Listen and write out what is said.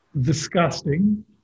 disgusting